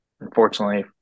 unfortunately